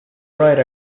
right